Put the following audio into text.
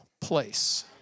place